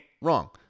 Wrong